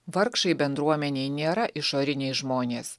vargšai bendruomenėj nėra išoriniai žmonės